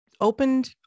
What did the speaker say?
opened